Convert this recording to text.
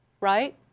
right